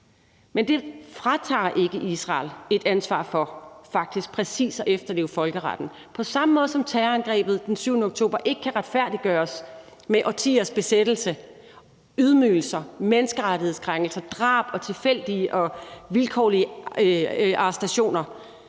Men det fratager ikke Israel et ansvar for faktisk præcis at efterleve folkeretten, ligesom terrorangrebet den 7. oktober ikke kan retfærdiggøres med årtiers besættelse, ydmygelser, menneskerettighedskrænkelser, drab og tilfældige og vilkårlige arrestationer.